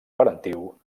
parentiu